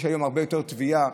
יש היום הרבה יותר מקרי טביעה,